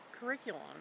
curriculum